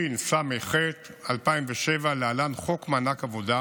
התשס"ח 2007, להלן: חוק מענק עבודה,